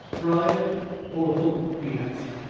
pride or hope? he asked.